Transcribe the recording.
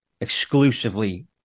exclusively